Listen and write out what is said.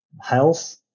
health